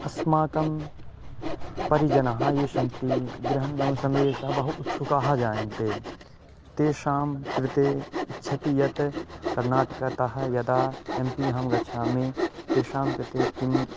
अस्माकं परिजनः ये सन्ति गृहं गमनसमये सः बहु उत्सुकाः जायन्ते तेषां कृते इच्छन्ति यत् कर्नाटकतः यदा एम् पी अहं गच्छामि तेषां कृते किं